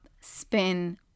spin